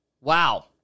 Wow